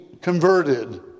converted